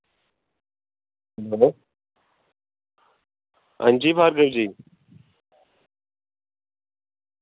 अंजी भार्गव जी